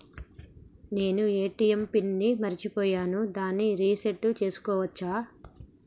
నేను ATM pin ని మరచిపోయాను దాన్ని రీ సెట్ చేసుకోవచ్చా?